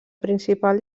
principal